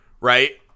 right